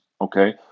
okay